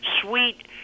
sweet